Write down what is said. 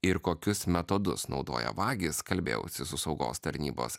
ir kokius metodus naudoja vagys kalbėjausi su saugos tarnybos